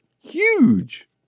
huge